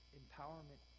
empowerment